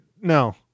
no